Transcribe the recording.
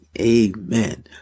Amen